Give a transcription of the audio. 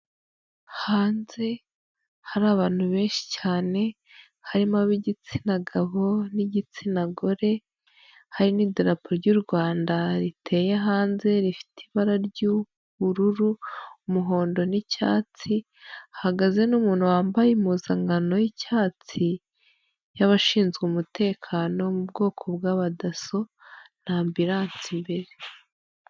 Hanze hari abantu benshi cyane harimo abo igitsina gabo n'igitsina gore, hari n'idarapo ry'u Rwanda riteye hanze rifite ibara ry'ubururu, umuhondo, n'icyatsi, hahagaze n'umuntu wambaye impuzankano y'icyatsi y'abashinzwe umutekano mu bwoko bw'abadaso n'amburanse imbere.